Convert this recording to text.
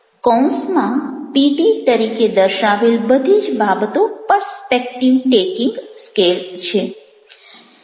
કૌંસમાં પીટી તરીકે દર્શાવેલ બધી જ બાબતો પરસ્પેક્ટિવ ટેકિંગ સ્કેલ છે